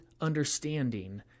understanding